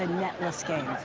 and netless game.